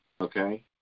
okay